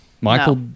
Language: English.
Michael